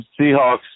Seahawks